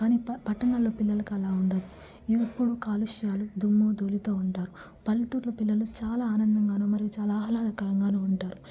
కానీ పట్టణాలలో పిల్లలకలా ఉండదు ఎప్పుడు కాలుష్యాలు దుమ్ము ధూళితో ఉంటారు పల్లెటూరులో పిల్లలు చాలా ఆనందంగానూ మరియు చాలా ఆహ్లాదకరంగాను ఉంటారు